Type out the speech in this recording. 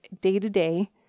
day-to-day